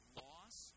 loss